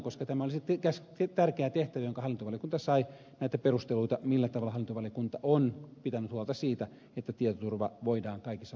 töllillä on seuraava puheenvuoro niin mielelläni myöskin vielä kuulen näistä perusteluista millä tavalla hallintovaliokunta on pitänyt huolta siitä että tietoturva voidaan kaikissa olosuhteissa taata koska tämä oli tärkeä tehtävä jonka hallintovaliokunta sai